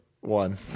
one